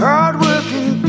Hardworking